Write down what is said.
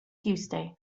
tuesday